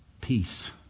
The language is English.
Peace